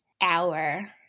hour